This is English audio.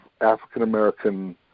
African-American